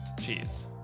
Cheers